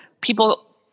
people